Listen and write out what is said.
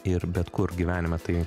ir bet kur gyvenime tai